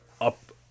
up